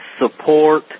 support